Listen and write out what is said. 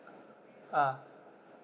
ah